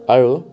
আৰু